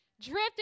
Drifting